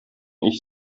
ich